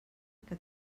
que